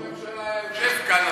אם ראש הממשלה היה יושב כאן,